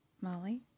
Molly